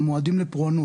מועדים לפורענות.